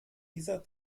dieser